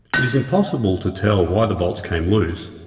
it is impossible to tell why the bolts came loose,